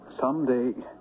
Someday